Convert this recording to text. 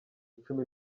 cumi